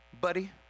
buddy